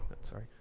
sorry